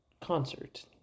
concert